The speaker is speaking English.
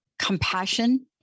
compassion